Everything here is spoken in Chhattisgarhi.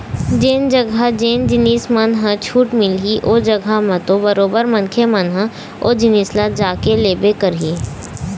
जेन जघा जेन जिनिस मन ह छूट मिलही ओ जघा म तो बरोबर मनखे मन ह ओ जिनिस ल जाके लेबे करही